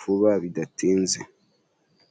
vuba bidatinze.